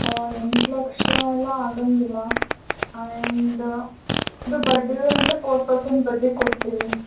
ಹಾಂ ಎಂಟು ಲಕ್ಷ ಎಲ್ಲ ಆಗಂಗಿಲ್ಲ ಆ್ಯಂಡ ನೀವು ಬಡ್ಡಿಗೆ ಅಂದರೆ ಫೋರ್ ಪರ್ಸೆಂಟ್ ಬಡ್ಡಿಗೆ ಕೊಡ್ತೀವಿ